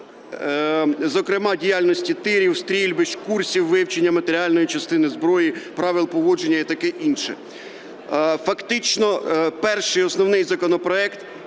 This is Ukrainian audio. зокрема діяльності тирів, стрільбищ, курсів вивчення матеріальної частини зброї, правил поводження і таке інше. Фактично перший, і основний, законопроект